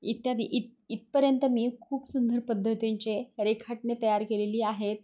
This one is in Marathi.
इत्यादी इत इथपर्यंत मी खूप सुंदर पद्धतींचे रेखाटन तयार केलेली आहेत